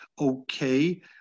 okay